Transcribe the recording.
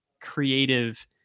creative